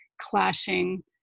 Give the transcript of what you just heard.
clashing